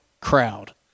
crowd